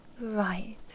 Right